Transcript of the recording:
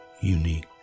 unique